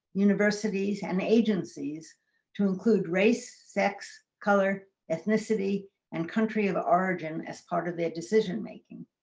universities and agencies to include race, sex, color, ethnicity and country of ah origin as part of their decision making.